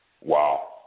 Wow